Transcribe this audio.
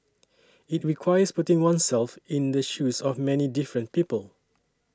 it requires putting oneself in the shoes of many different people